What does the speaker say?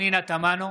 פנינה תמנו,